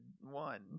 one